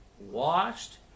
Washed